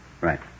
Right